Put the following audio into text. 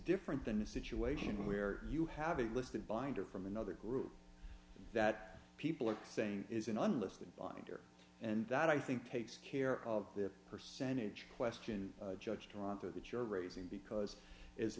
different than a situation where you have a list of binder from another group that people are saying is an unlisted binder and that i think takes care of the percentage question judge toronto that you're raising because